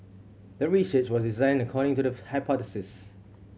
the research was designed according to the hypothesis